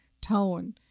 tone